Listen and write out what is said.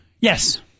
Yes